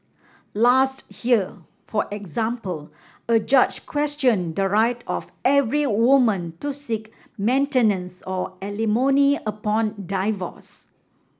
last year for example a judge questioned the right of every woman to seek maintenance or alimony upon divorce